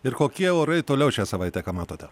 ir kokie orai toliau šią savaitę ką matote